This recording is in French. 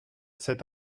cet